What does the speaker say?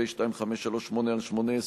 פ/2538/18,